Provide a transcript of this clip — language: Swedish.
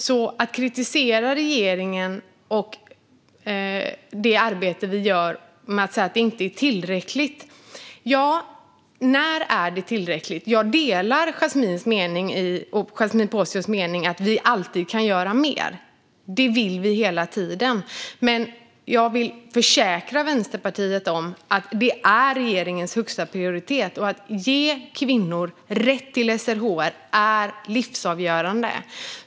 Man kan kritisera regeringen och det arbete som görs genom att säga att det inte är tillräckligt, men frågan är: När är det tillräckligt? Jag delar Yasmine Posios mening att vi alltid kan göra mer - det vill vi hela tiden - och jag vill försäkra Vänsterpartiet att det är regeringens högsta prioritet. Att ge kvinnor rätt till SRHR är livsavgörande.